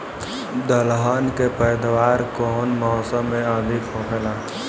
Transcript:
दलहन के पैदावार कउन मौसम में अधिक होखेला?